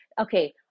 Okay